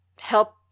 help